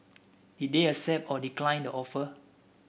they did accept or decline the offer